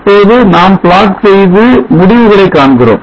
இப்போது நாம் plot செய்து முடிவுகளை காண்கிறோம்